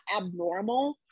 abnormal